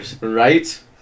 Right